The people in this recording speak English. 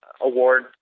award